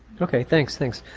okay thanks. thanks,